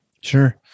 Sure